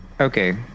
Okay